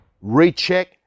recheck